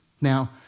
Now